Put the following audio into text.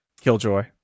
killjoy